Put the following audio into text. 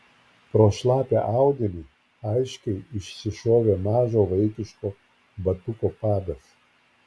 pro šlapią audinį aiškiai išsišovė mažo vaikiško batuko padas